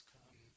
come